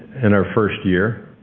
in our first year.